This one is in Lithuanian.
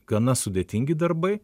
gana sudėtingi darbai